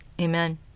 Amen